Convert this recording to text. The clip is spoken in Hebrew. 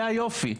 זה היופי,